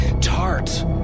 tart